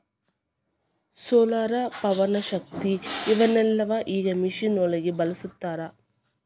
solar, ಪವನಶಕ್ತಿ ಇವನ್ನೆಲ್ಲಾ ಈಗ ಮಿಷನ್ ಒಳಗ ಬಳಸತಾರ